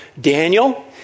Daniel